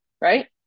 right